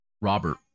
Robert